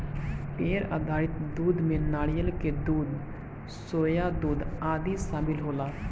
पेड़ आधारित दूध में नारियल के दूध, सोया दूध आदि शामिल होला